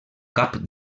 cap